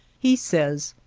he says,